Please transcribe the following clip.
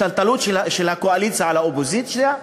שתלטנות של הקואליציה על האופוזיציה,